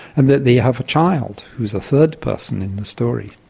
and that they have a child who is a third person in the story.